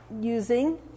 using